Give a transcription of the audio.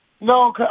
No